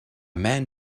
man